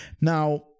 Now